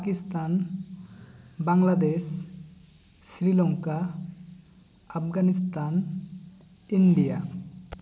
Pakistan Bangladesh Sri Lanka Afghanistan India